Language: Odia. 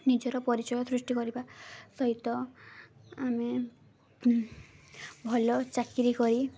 ନିଜର ପରିଚୟ ସୃଷ୍ଟି କରିବା ସହିତ ଆମେ ଭଲ ଚାକିରୀ କରି